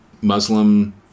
Muslim